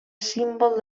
símbol